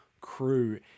crew